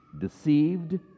deceived